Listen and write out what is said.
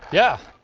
yeah.